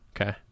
Okay